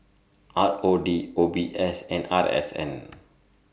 R O D O B S and R S N